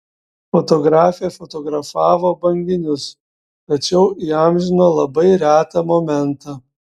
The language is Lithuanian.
fotografė fotografavo banginius tačiau įamžino labai retą momentą